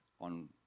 on